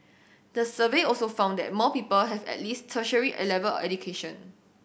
the survey also found that more people have at least tertiary level education